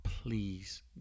Please